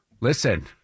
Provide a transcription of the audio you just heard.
Listen